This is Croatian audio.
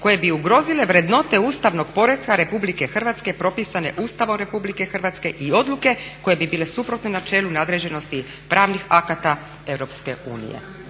koje bi ugrozile vrednote ustavnog poretka RH propisane Ustavom RH i odluke koje bi bile suprotne načelu nadređenosti pravnih akata EU".